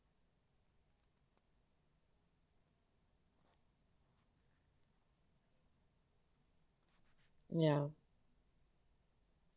ya